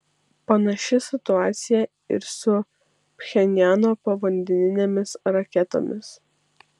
panaši situacija ir su pchenjano povandeninėmis raketomis